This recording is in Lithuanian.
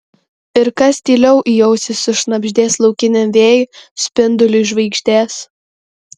ir kas tyliau į ausį sušnabždės laukiniam vėjui spinduliui žvaigždės